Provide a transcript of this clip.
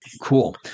Cool